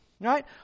Right